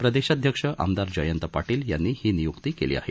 प्रदेशाध्यक्ष आमदार जयंत पाटील यांनी ही निय्क्ती केली आहे